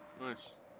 Nice